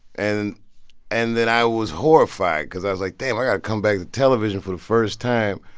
and and then i was horrified because i was like, damn. i got to come back to television for the first time.